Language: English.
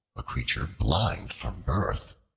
a creature blind from birth,